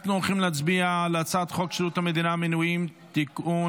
אנחנו הולכים להצביע על הצעת חוק שירות המדינה (מינויים) (תיקון,